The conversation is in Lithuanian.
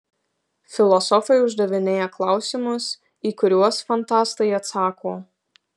filosofai uždavinėja klausimus į kuriuos fantastai atsako